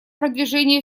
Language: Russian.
продвижения